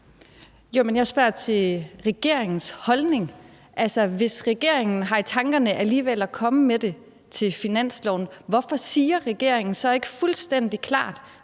jeg spørger til regeringens holdning. Altså, hvis regeringen alligevel har i tankerne at komme med det i finanslovsforslaget, hvorfor siger regeringen så ikke fuldstændig klart